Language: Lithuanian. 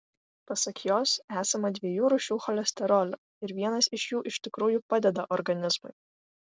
pasak jos esama dviejų rūšių cholesterolio ir vienas iš jų iš tikrųjų padeda organizmui